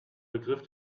begriff